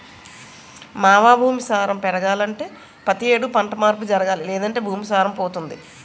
మావా భూమి సారం పెరగాలంటే పతి యేడు పంట మార్పు జరగాలి లేదంటే భూమి సారం పోతుంది